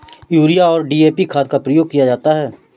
urea और DAP खाद का प्रयोग किया जाता है